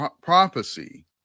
prophecy